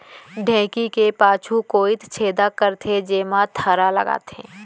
ढेंकी के पाछू कोइत छेदा करथे, जेमा थरा लगथे